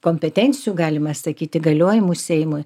kompetencijų galima sakyti įgaliojimų seimui